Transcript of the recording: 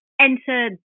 enter